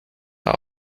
are